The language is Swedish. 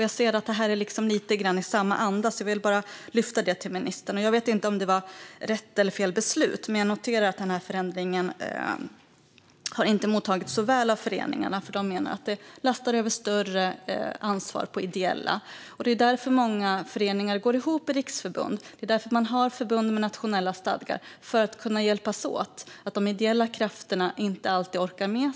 Jag ser att det är lite grann i samma anda. Därför vill jag lyfta det för ministern. Jag vet inte om det var rätt eller fel beslut, men jag noterar att den förändringen inte har mottagits så väl av föreningarna. De menar nämligen att man lastar över större ansvar på ideella. Många föreningar går ihop i riksförbund med nationella stadgar för att de ska kunna hjälpas åt. De ideella krafterna orkar inte alltid med.